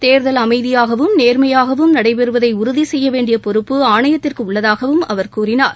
தேர்தல் அமைதியாகவும் நேர்மையாகவும் நடைபெறுவதை உறுதி செய்ய வேண்டிய பொறுப்பு ஆணையத்திற்கு உள்ளதாகவும் அவர் கூறினார்